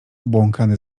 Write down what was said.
obłąkany